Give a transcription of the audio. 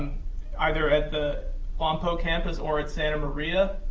either at the lompoc campus or at santa maria,